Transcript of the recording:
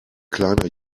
kleiner